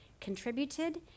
contributed